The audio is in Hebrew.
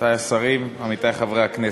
עמיתי השרים, עמיתי חברי הכנסת,